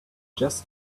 just